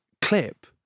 clip